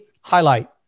highlight